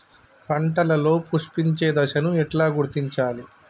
పంటలలో పుష్పించే దశను ఎట్లా గుర్తించాలి?